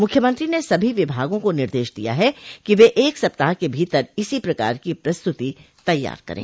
मुख्यमंत्री ने सभी विभागों का निर्देश दिया है कि वे एक सप्ताह के भीतर इसी प्रकार की प्रस्तति तैयार करें